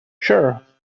sure